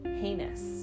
heinous